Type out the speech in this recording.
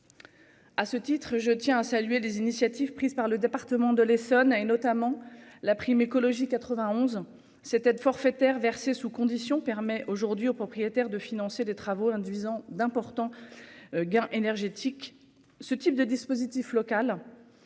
À ce titre, je tiens à saluer les initiatives prises par le département de l'Essonne et notamment la prime écologique 91 cette aide forfaitaire versée sous condition permet aujourd'hui aux propriétaires de financer des travaux induisant d'importants. Gains énergétiques ce type de dispositif local.